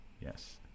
Yes